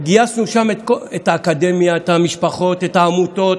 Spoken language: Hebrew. וגייסנו שם את האקדמיה, את המשפחות, את העמותות,